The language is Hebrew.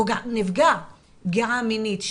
נפגע פגיעה מינית,